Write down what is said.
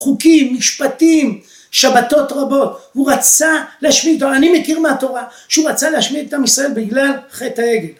חוקים, משפטים, שבתות רבות, הוא רצה להשמיד, אני מכיר מהתורה שהוא רצה להשמיד את עם ישראל בגלל חטא העגל.